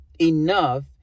enough